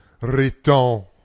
Riton